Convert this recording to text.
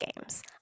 games